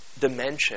dimension